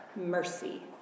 Mercy